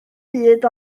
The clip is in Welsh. byd